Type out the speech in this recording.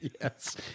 Yes